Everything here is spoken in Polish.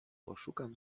poszukam